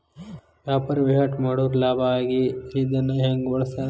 ವ್ಯಾಪಾರ್ ವಹಿವಾಟ್ ಮಾಡೋರ್ ಲಾಭ ಆಗಿ ಬಂದಿದ್ದನ್ನ ಹೆಂಗ್ ಬಳಸ್ತಾರ